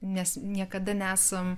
nes niekada nesam